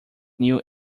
new